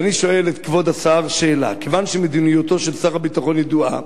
אז אני שואל את כבוד השר שאלה: כיוון שמדיניותו של שר הביטחון ידועה,